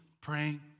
praying